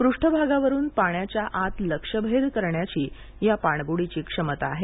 पृष्ठभागावरुन पाण्याच्या आत लक्ष्यभेद करण्याची या पाणबुडीची क्षमता आहे